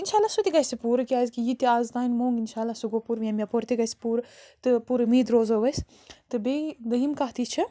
اِنشاء اللہ سُہ تہِ گژھِ پوٗرٕ کیٛازِکہِ یہِ تہِ آز تام موٚنٛگ اِنشاء اللہ سُہ گوٚو پوٗرٕ ییٚمہِ یَپور تہِ گژھِ پوٗرٕ تہٕ پُر اُمیٖد روزو أسۍ تہٕ بیٚیہِ دٔیِم کَتھ یہِ چھےٚ